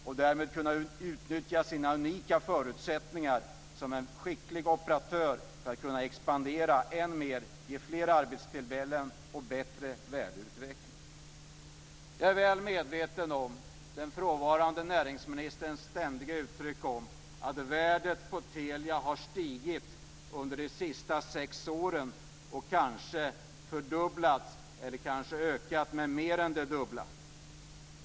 Därmed skulle Telia ha kunnat utnyttja sina unika förutsättningar som en skicklig operatör för att kunna expandera än mer, för flera arbetstillfällen och en bättre värdeutveckling. Jag är väl medveten om den frånvarande näringsministerns ständiga understrykande av att värdet på Telia har stigit under de senaste sex åren. Kanske har det fördubblats eller ökat till mer än det dubbla.